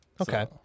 Okay